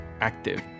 active